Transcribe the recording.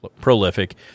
prolific